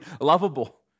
lovable